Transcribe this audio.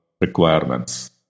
requirements